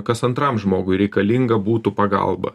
kas antram žmogui reikalinga būtų pagalba